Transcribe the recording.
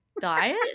diet